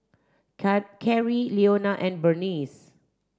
Can Carie Leona and Berniece